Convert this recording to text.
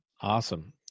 Awesome